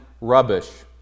rubbish